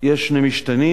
יש משתנים.